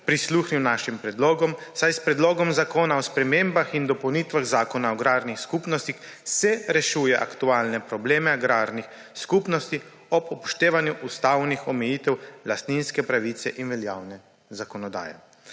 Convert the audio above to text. prisluhnil našim predlogom, saj se s Predlogom zakona o spremembah in dopolnitvah Zakona o agrarnih skupnosti rešujejo aktualni problemi agrarnih skupnosti ob upoštevanju ustavnih omejitev lastninske pravice in veljavne zakonodaje.